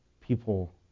people